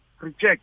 reject